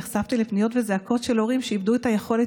נחשפתי לפניות וזעקות של הורים שאיבדו את היכולת